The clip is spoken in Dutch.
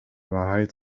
waarheid